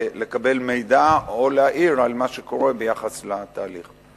לקבל מידע או להעיר על מה שקורה ביחס לתהליך.